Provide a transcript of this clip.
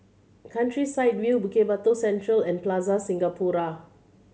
Countryside View Bukit Batok Central and Plaza Singapura